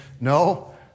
No